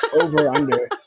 over-under